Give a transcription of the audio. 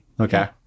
Okay